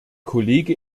kollege